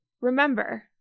Remember